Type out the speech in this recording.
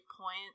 point